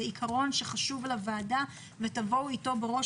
זה עיקרון שחשוב לוועדה ותבואו אתו בראש